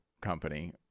company